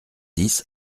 dix